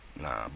Nah